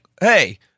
hey